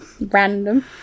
random